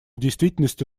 действительности